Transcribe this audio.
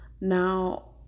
Now